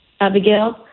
Abigail